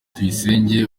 tuyisenge